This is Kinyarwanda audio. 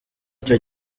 icyo